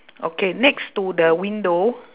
okay next to the window